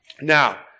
Now